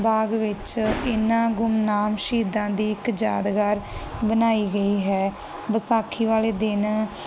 ਬਾਗ ਵਿੱਚ ਇਨਾ ਗੁੰਮਨਾਮ ਸ਼ਹੀਦਾਂ ਦੀ ਇੱਕ ਯਾਦਗਾਰ ਬਣਾਈ ਗਈ ਹੈ ਵਿਸਾਖੀ ਵਾਲੇ ਦਿਨ